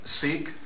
Seek